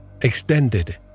extended